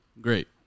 Great